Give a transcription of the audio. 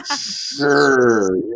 sure